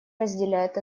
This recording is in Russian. разделяет